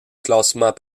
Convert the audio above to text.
classement